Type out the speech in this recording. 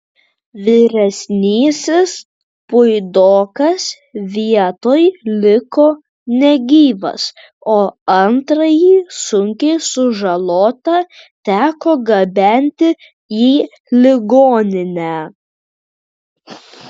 vyresnysis puidokas vietoj liko negyvas o antrąjį sunkiai sužalotą teko gabenti į ligoninę